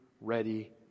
ready